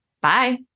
Bye